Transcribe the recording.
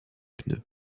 pneus